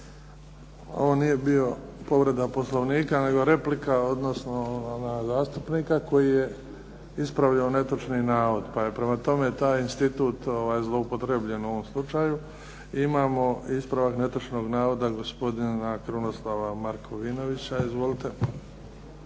Ovo nije bila povreda Poslovnika, nego replika odnosno na zastupnika koji je ispravljao netočni navod. Pa je prema tome taj institut zloupotrijebljen u ovom slučaju. Imamo ispravak netočnog navoda gospodina Krunoslava Markovinovića. Izvolite.